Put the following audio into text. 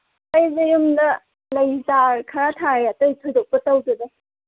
ꯑꯩꯁꯦ ꯌꯨꯝꯗ ꯂꯩ ꯆꯥꯔ ꯈꯔ ꯊꯥꯏꯌꯦ ꯑꯇꯩ ꯊꯣꯏꯗꯣꯛꯄ ꯇꯧꯗꯦꯗ